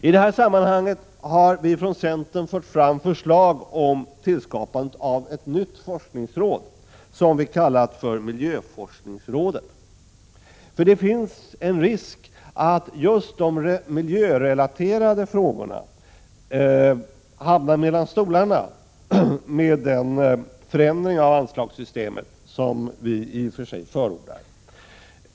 I det här sammanhanget har vi från centern fört fram ett förslag om tillskapandet av ett nytt forskningsråd, som vi kallat för miljöforskningsrådet. Det finns en risk att just de miljörelaterade frågorna hamnar mellan stolarna med den förändring av anslagssystemet som vi i och för sig förordar.